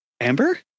Amber